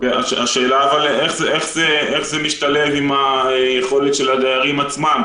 אבל השאלה איך זה משתלב עם היכולת של הדיירים עצמם,